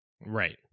Right